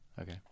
Okay